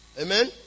Amen